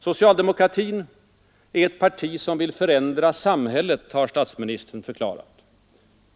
Socialdemokratin är ett parti som vill förändra samhället, har statsministern förklarat.